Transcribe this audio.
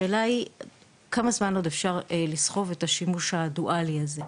השאלה היא כמה זמן עוד אפשר לסחוב את השימוש הדואלי הזה.